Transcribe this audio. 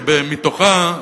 שמתוכה,